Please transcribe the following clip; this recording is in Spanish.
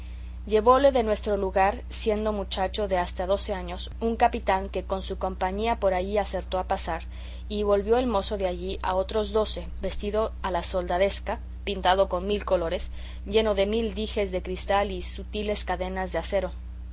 llevóle de nuestro lugar siendo muchacho de hasta doce años un capitán que con su compañía por allí acertó a pasar y volvió el mozo de allí a otros doce vestido a la soldadesca pintado con mil colores lleno de mil dijes de cristal y sutiles cadenas de acero